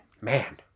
Man